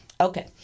Okay